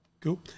Cool